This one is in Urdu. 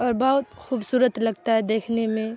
اور بہت خوبصورت لگتا ہے دیکھنے میں